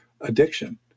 addiction